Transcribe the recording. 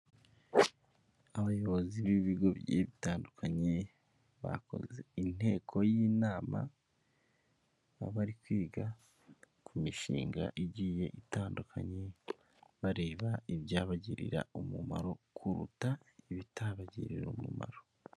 Abayobozi b'ibigo bigiye bitandukanye, bakoze inteko y'inama, aho bari kwiga ku mishinga igiye itandukanye, bareba ibyabagirira umumaro kuruta ibitabagirira umumaro.